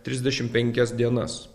trisdešim penkias dienas